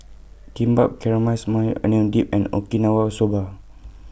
Kimbap Maui Onion Dip and Okinawa Soba